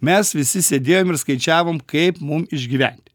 mes visi sėdėjom ir skaičiavom kaip mum išgyventi